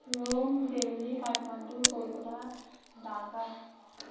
Rome Delhi Kathmandu Kolkata Dhaka